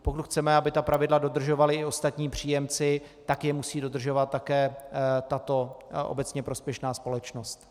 Pokud chceme, aby pravidla dodržovali i ostatní příjemci, musí je dodržovat také tato obecně prospěšná společnost.